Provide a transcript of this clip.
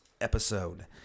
episode